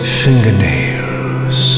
fingernails